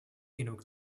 genug